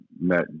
met